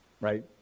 right